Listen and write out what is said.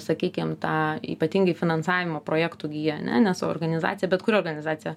sakykim tą ypatingai finansavimo projektų giją ane nes organizacija bet kuri organizacija